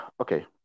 okay